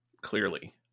clearly